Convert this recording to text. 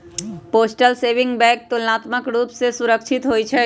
postal saving bank तुलनात्मक रूप से बेशी सुरक्षित होइ छइ